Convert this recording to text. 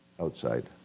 outside